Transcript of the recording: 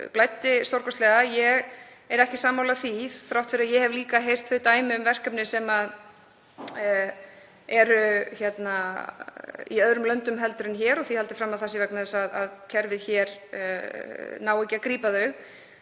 blæddi stórkostlega. Ég er ekki sammála því þrátt fyrir að ég hafi líka heyrt dæmi um verkefni sem eru í öðrum löndum heldur en hér og því sé haldið fram að það sé vegna þess að kerfið hér nái ekki að grípa þau.